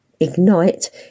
Ignite